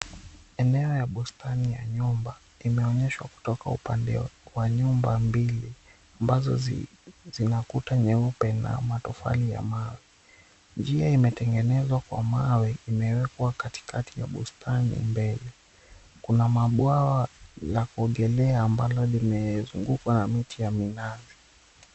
Eneo ya bustani ya nyumba imeonyeshwa kutoka upande wa nyumba mbili ambazo zina kuta nyeupe na matofali ya mawe. Njia imetengenezwa kwa mawe imewekwa katikati ya bustani mbele. Kuna mabwawa ya kuogelea lakuogelea ambalo limezungukwa na miti ya minazi.